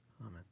Amen